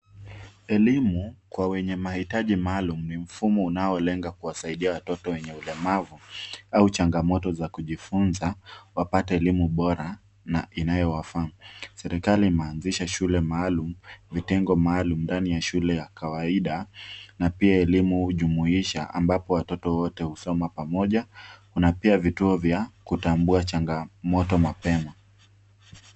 Elimu kwa wenye mahitaji maalum ni mfumo unaolenga kuwasaidia watoto wenye ulemavu au changamoto za kujifunza wapate elimu bora na inayowafaa. Serikali imeanzisha shule maalum, vitengo maalum ndani ya shule ya kawaida na pia elimu jumuisha ambapo watoto wote husoma pamoja. Kuna pia vituo vya kutambua changamoto mapema.